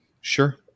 Sure